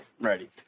Ready